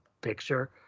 picture